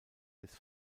des